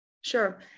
Sure